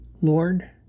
Lord